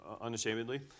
unashamedly